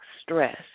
stress